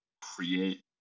create